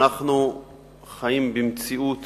אנחנו חיים במציאות